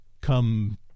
come